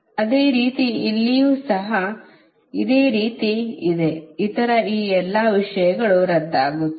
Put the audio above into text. ಅದೇ ರೀತಿ ಇಲ್ಲಿಯೂ ಸಹ ಇದೇ ರೀತಿ ಇದೆ ಇತರ ಎಲ್ಲ ವಿಷಯಗಳು ರದ್ದಾಗುತ್ತವೆ